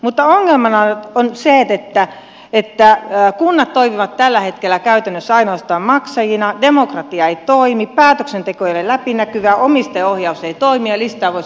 mutta ongelmana on se että kunnat toimivat tällä hetkellä käytännössä ainoastaan maksajina demokratia ei toimi päätöksenteko ei ole läpinäkyvää omistajaohjaus ei toimi ja listaa voisi jatkaa vaikka kuinka